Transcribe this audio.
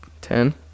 Ten